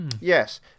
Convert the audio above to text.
Yes